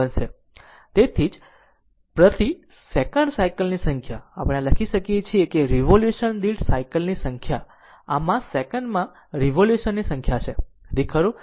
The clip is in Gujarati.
તેથી તેથી જ પ્રતિ સેકન્ડ સાયકલ્સની સંખ્યા આપણે આ લખીએ છીએ રીવોલ્યુશન દીઠ સાયકલ ની સંખ્યા આમાં સેકન્ડમાં રીવોલ્યુશન ની સંખ્યા છે તેથી ખરું